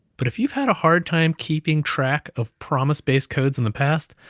but if you've had a hard time keeping track of promise based codes in the past,